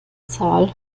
zahl